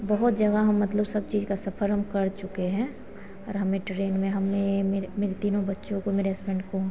बहुत जगह हम मतलब सब चीज़ का सफ़र हम कर चुके हैं और हमें ट्रेन में हमें मेरे मेरे तीनों बच्चों को मेरे हसबैन्ड को